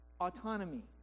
autonomy